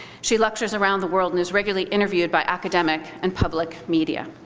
she lectures around the world and is regularly interviewed by academic and public media.